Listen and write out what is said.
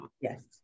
Yes